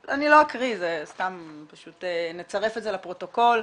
אקריא, נצרף את זה לפרוטוקול,